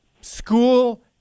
school